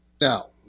Now